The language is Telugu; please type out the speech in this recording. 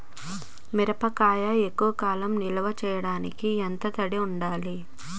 మిరపకాయ ఎక్కువ కాలం నిల్వ చేయటానికి ఎంత తడి ఉండాలి?